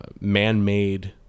man-made